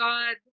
God